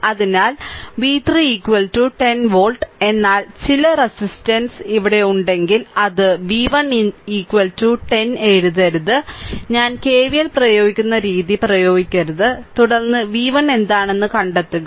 അതിനാൽ v3 10 volt എന്നാൽ ചില റെസിസ്റ്റൻസ് ഇവിടെ ഉണ്ടെങ്കിൽ അത് v1 10 എഴുതരുത് ഞാൻ കെവിഎൽ പ്രയോഗിക്കുന്ന രീതി പ്രയോഗിക്കരുത് തുടർന്ന് v1 എന്താണെന്ന് കണ്ടെത്തുക